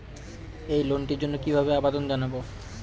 এই লোনটির জন্য কিভাবে আবেদন জানাবো?